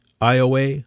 Iowa